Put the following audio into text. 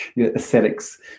aesthetics